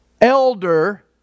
elder